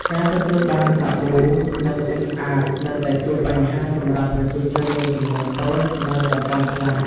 ការទទួលបានសាប៊ូ និងទឹកស្អាតនៅតែជាបញ្ហាសម្រាប់ប្រជាជនមួយចំនួនតូចនៅតំបន់ខ្លះ។